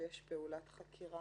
פעולת חקירה